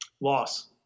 Loss